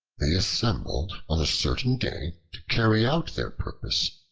they assembled on a certain day to carry out their purpose,